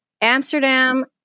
Amsterdam